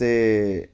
ਅਤੇ